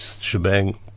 shebang